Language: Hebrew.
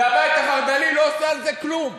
והבית החרד"לי לא עושה עם זה כלום,